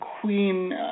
Queen